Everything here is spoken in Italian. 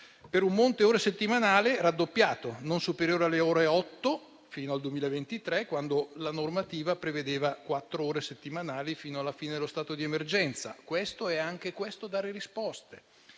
per un monte ore settimanale raddoppiato, non superiore alle otto ore, fino al 2023, quando la normativa prevedeva quattro ore settimanali, fino alla fine dello stato di emergenza: anche questo è dare risposte.